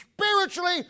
spiritually